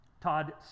Todd